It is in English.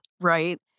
right